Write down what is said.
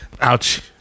Ouch